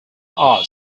are